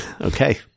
okay